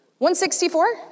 164